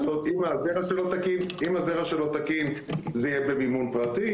אם הזרע שלו תקין זה יהיה במימון פרטי.